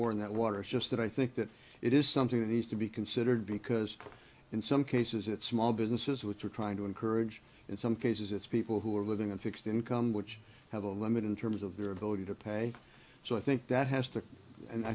oar in that water is just that i think that it is something that needs to be considered because in some cases it's small businesses which are trying to encourage in some cases it's people who are living on fixed income which have a limit in terms of their ability to pay so i think that has to and i